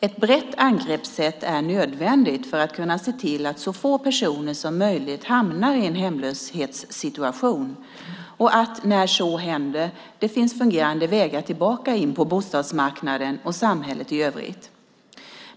Ett brett angreppssätt är nödvändigt för att kunna se till att så få personer som möjligt hamnar i en hemlöshetssituation och att när så händer det finns fungerande vägar tillbaka in på bostadsmarknaden och till samhället i övrigt.